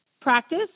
practice